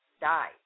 died